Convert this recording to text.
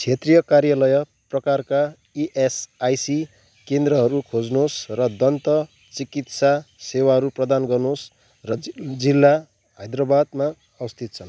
क्षेत्रीय कार्यालय प्रकारका इएसआइसी केन्द्रहरू खोज्नुहोस् र दन्त चिकित्सा सेवाहरू प्रदान गर्नुहोस् र जिल्ला हैदराबादमा अवस्थित छन्